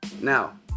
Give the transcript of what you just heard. Now